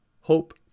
Hope